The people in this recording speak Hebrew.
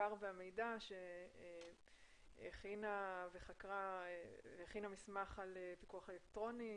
המחקר והמידע שהכינה מסמך על הפיקוח האלקטרוני